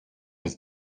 was